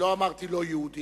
לא אמרתי: לא-יהודי.